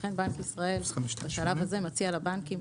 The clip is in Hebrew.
לכן בנק ישראל בשלב הזה מציע לבנקים